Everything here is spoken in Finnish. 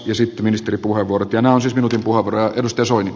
nämä ovat siis minuutin puheenvuoroja